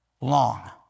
long